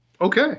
Okay